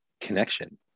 connection